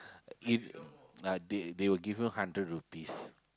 eat uh they they will give you hundred rupees